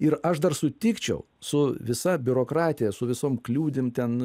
ir aš dar sutikčiau su visa biurokratija su visom kliudim ten